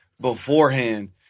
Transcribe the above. beforehand